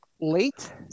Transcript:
late